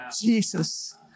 Jesus